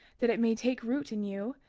that it may take root in you,